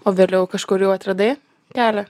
o vėliau kažkur jau atradai kelią